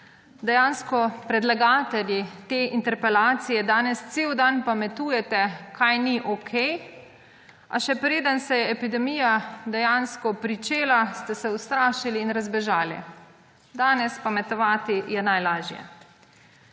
Dejansko predlagatelji te interpelacije danes cel dan pametujete, kaj ni okej, a še preden se je epidemija dejansko pričela, ste se ustrašili in razbežali. Danes pametovati je najlažje.